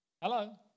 Hello